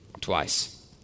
twice